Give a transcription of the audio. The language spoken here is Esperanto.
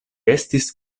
estis